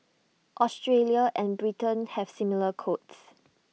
Australia and Britain have similar codes